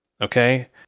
Okay